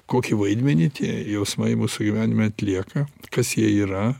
kokį vaidmenį tie jausmai mūsų gyvenime atlieka kas jie yra